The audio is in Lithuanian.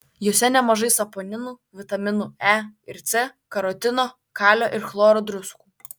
jose nemažai saponinų vitaminų e ir c karotino kalio ir chloro druskų